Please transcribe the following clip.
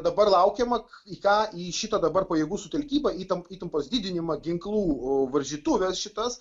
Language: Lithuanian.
dabar laukiama ką į šitą dabar pajėgų sutelkimą įtampą įtampos didinimą ginklų varžytuves šitas